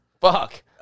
Fuck